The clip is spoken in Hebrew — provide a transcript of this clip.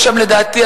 לדעתי,